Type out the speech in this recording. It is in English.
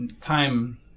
time